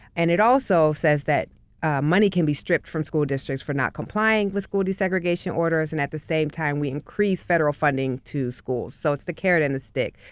and it also says that ah money can be stripped from school districts for not complying with school desegregation orders and at the same time we increase federal funding to schools. so it's the carrot and the stick.